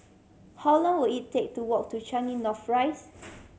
how long will it take to walk to Changi North Rise